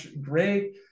great